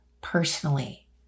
personally